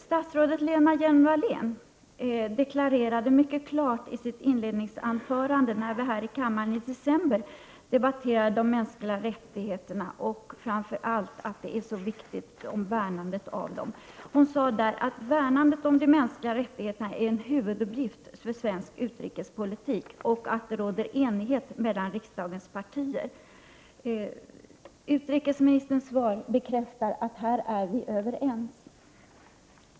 Statsrådet Lena Hjelm-Wallén deklarerade mycket klart i sitt inledningsanförande, när vi här i kammaren i december förra året debatterade de mänskliga rättigheterna, att värnandet om de mänskliga rättigheterna är en huvuduppgift för svensk utrikespolitik och att det råder enighet mellan riksdagens partier. Utrikesministerns svar bekräftar att vi här är överens.